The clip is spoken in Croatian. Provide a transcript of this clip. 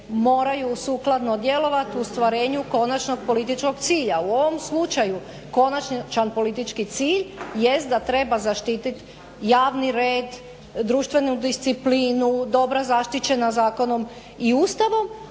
moraju sukladno djelovat u ostvarenju konačnog političkog cilja. U ovom slučaju konačan politički cilj jest da treba zaštitit javni red, društvenu disciplinu, dobra zaštićena zakonom i Ustavom,